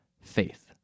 faith